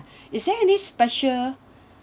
is there any special